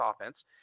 offense